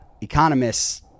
economists